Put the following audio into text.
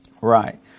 Right